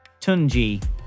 Tunji